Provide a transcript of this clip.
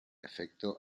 efecto